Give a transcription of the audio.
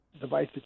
device